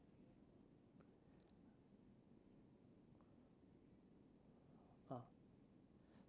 ah